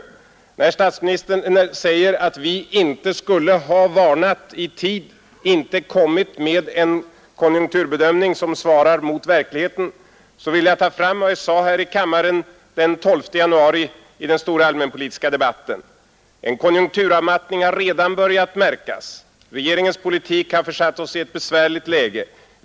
Med anledning av att herr statsministern säger att vi inte skulle ha varnat i tid och inte skulle ha gjort en konjunkturbedömning som svarar mot verkligheten, vill jag hänvisa till vad jag sade i denna kammare den 19 januari i den stora allmänpolitiska debatten: En konjunkturavmattning har redan börjat märkas. Regeringens politik har försatt oss i ett besvärligt läge.